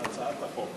להצעת החוק.